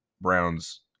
Browns